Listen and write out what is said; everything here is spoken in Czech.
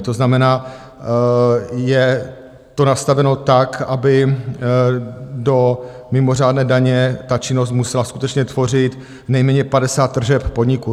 To znamená, je to nastaveno tak, aby do mimořádné daně ta činnost musela skutečně tvořit nejméně 50 % tržeb podniku.